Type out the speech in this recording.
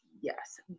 yes